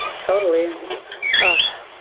totally huh.